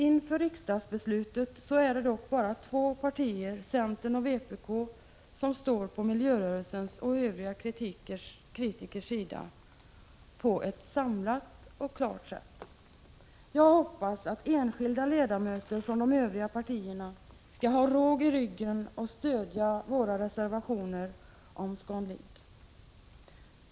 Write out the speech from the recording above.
Inför riksdagsbeslutet är det dock bara två partier, centern och vpk, som på ett samlat och klart sätt står på miljörörelsens och övriga kritikers sida. Jag hoppas att enskilda ledamöter från de övriga partierna skall ha råg i ryggen att stödja våra reservationer om ScanLink.